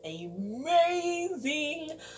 amazing